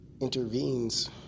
intervenes